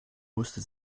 musste